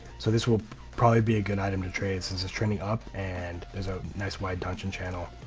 so, this will probably be a good item to trade since it's trending up and there's a nice wide dochian channel,